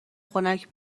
خنک